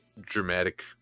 dramatic